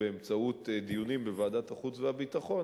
באמצעות דיונים בוועדת החוץ והביטחון,